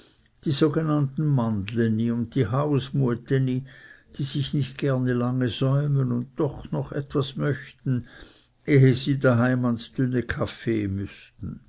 die sogenannten mannleni und die hausmutteni die sich nicht gerne lange säumen und doch noch etwas möchten ehe sie heim ans dünne kaffee müssen